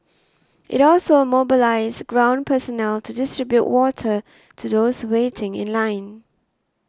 it also mobilised ground personnel to distribute water to those waiting in line